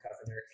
Governor